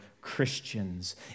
Christians